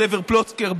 סבר פלוצקר,